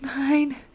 Nine